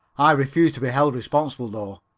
i refuse to be held responsible though.